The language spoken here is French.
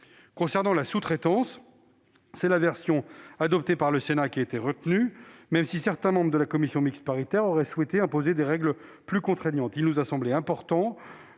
Concernant la sous-traitance, c'est la version adoptée par le Sénat qui a été retenue, même si certains membres de la commission mixte paritaire auraient souhaité imposer des règles plus contraignantes. Il nous a semblé important